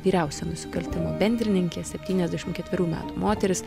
vyriausia nusikaltimo bendrininkė septyniasdešim ketverių metų moteris